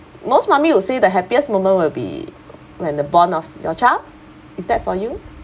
most mummy you see the happiest moment will be when the born of your child is that for you